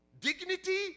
dignity